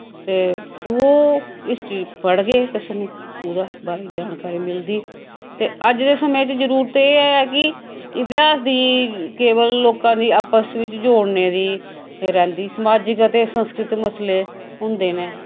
ते ओह् हिस्ट्री पढ़गे ते साह्नू ओह्दा बारे च जानकारी मिलदी ते अज दे समें च जरूरत एह् ऐ कि इतिहास दी केवल लोकां दी आपस विच जोड़ने दी रैंह्दी समाजिक ते संस्कृत मसले होंदे नै